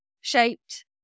shaped